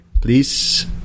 Please